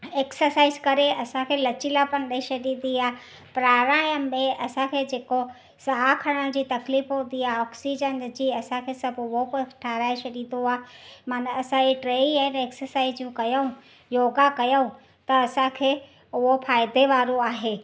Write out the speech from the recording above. exercise करे असांखे लचीला पन ॾेई छॾींदी आहे प्राणायाम में असांखे जेको साह खणण जी तकलीफ़ हूंदी आहे ऑक्सीजन जी असांखे सभु उहो बि ठाहिराए छॾींदो आहे माना असां इहे टई आहिनि एक्सरसाइजूं कयूं योगा कयो त असांखे उहो फ़ाइदे वारो आहे